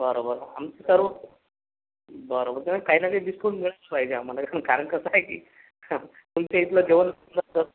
बरं बरं आमचे सर्व बरं कारण काही ना काही डिस्काउंट मिळाला पाहिजे आम्हाला कारण कसं आहे की तुमच्या इथलं जेवण कसं